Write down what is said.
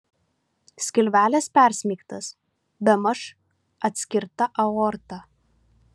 skilvelis persmeigtas bemaž atskirta aorta